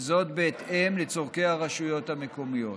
וזאת בהתאם לצורכי הרשויות המקומיות.